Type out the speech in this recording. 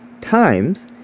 times